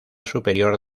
superior